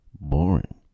boring